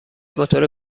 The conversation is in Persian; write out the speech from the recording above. موتور